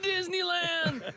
Disneyland